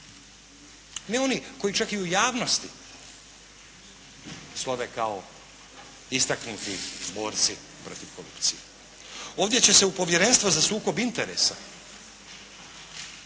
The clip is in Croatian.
Ima onih koji čak i u javnosti slove kao istaknuti borci protiv korupcije. Ovdje će se u Povjerenstvu za sukob interesa